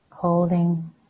Holding